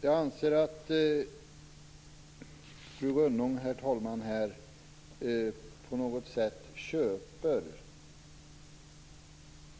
Jag anser, herr talman, att fru Rönnung på något sätt köper